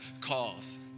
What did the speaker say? calls